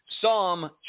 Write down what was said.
Psalm